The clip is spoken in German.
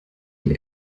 die